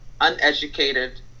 uneducated